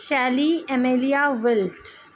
Shelley Amelia wilt